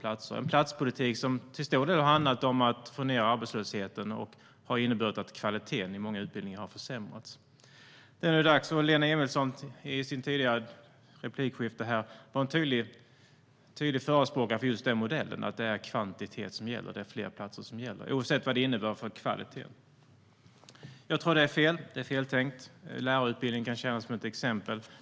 Det är en platspolitik som till stor del har handlat om att få ned arbetslösheten och som inneburit att kvaliteten i många utbildningar har försämrats. Lena Emilsson var i sitt tidigare replikskifte en tydlig förespråkare av just modellen att det är kvantitet som gäller, oavsett vad det innebär för kvaliteten. Jag tror att det är feltänkt. Lärarutbildningen kan tjäna som ett exempel.